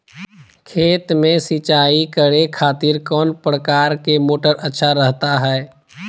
खेत में सिंचाई करे खातिर कौन प्रकार के मोटर अच्छा रहता हय?